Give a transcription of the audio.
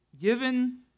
Given